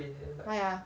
why ah